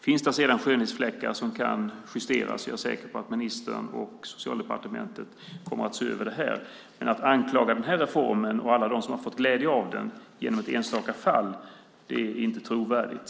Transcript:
Finns där sedan skönhetsfläckar som kan justeras är jag säker på att ministern och Socialdepartementet kommer att se över det. Men att anklaga den här reformen och alla dem som har fått glädje av den genom ett enstaka fall är inte trovärdigt.